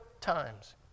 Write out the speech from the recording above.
times